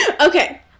Okay